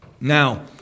Now